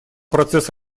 процесс